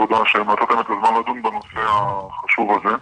תודה שמצאתם את הזמן לדון בנושא החשוב הזה.